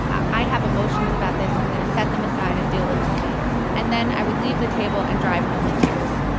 i have emotions about this. i'm going to set them aside and deal with them later. and then i would leave the table and drive home in tears